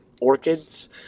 orchids